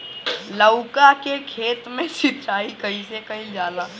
लउका के खेत मे सिचाई कईसे कइल जाला?